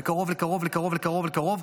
וקרוב לקרוב לקרוב,